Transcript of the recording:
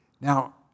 Now